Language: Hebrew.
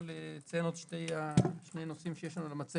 אני יכול לציין עוד שני נושאים שיש לנו במצגת,